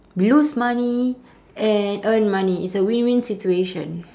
lose money and earn money it's a win win situation